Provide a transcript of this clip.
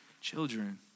children